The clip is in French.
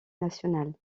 nationale